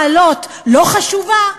מעלות לא חשובה?